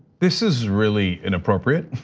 this is really inappropriate.